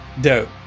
dope